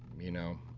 you know,